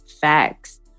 facts